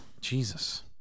Jesus